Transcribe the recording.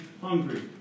hungry